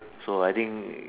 so I think it